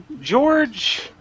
George